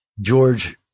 George